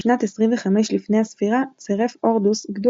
בשנת 25 לפני הספירה צירף הורדוס גדוד